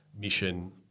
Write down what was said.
mission